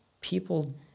people